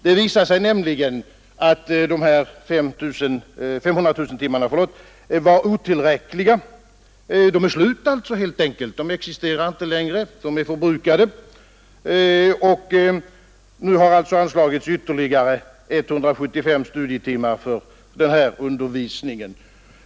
Det visar sig nämligen, att dessa 500 000 timmar varit otillräckliga. De är helt enkelt slut. De existerar inte längre; de är förbrukade. Och nu har det anslagits ytterligare 175 000 studietimmar för denna undervisning.